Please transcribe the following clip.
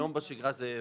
היום בשגרה זה אפס.